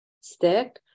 stick